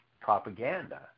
propaganda